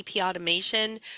automation